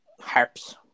Harps